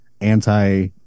anti